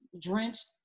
drenched